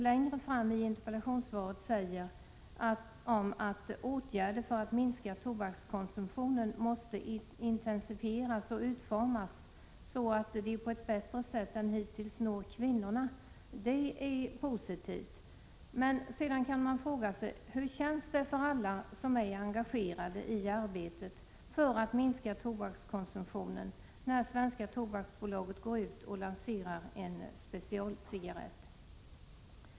Längre fram i interpellationsvaret säger socialministern: ”Åtgärder för att minska tobakskonsumtionen måste därför intensifieras och utformas så att de på ett bättre sätt än hittills når kvinnorna.” Det är positivt. Sedan kan man fråga sig: Hur känns det för alla som är engagerade i arbetet med att minska tobakskonsumtionen när Svenska Tobaks AB går ut och lanserar en specialcigarett?